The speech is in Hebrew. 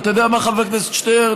יודע מה, חבר הכנסת שטרן?